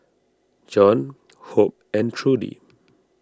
John Hope and Trudi